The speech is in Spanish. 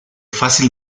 fácil